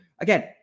Again